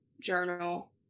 journal